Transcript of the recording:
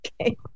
Okay